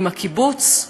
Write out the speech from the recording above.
עם הקיבוץ?